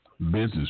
business